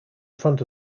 front